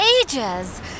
ages